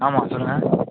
ஆமாம் சொல்லுங்கள்